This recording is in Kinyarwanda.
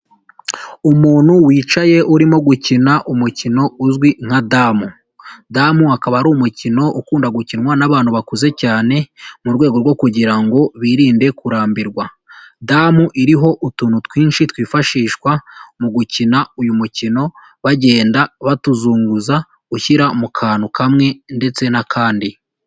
Umuntu wicaye urimo gukina umukino uzwi nka damu, damu akaba ari umukino ukunda gukinwa n'abantu bakuze cyane mu rwego rwo kugirango birinde kurambirwa. Damu iriho utuntu twinshi twifashishwa mu gukina uyu mukino bagenda batuzunguza ushyira mu kantu kamwe ndetse n'akandi.